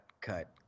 cut